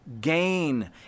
gain